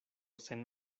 sen